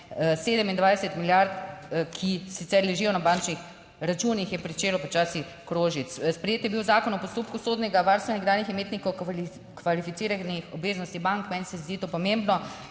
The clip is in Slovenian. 27 milijard, ki sicer ležijo na bančnih računih, je pričelo počasi krožiti, sprejet je bil Zakon o postopku sodnega varstva nekdanjih imetnikov kvalificiranih obveznosti bank. Meni se zdi to pomembno.